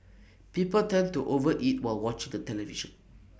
people tend to over eat while watching the television